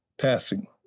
passing